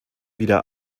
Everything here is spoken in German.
wieder